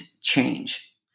change